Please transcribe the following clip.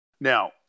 Now